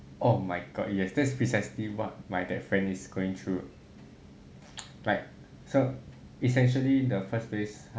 oh my god yes that's precisely what my that friend is going through like so essentially the first place